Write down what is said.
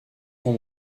son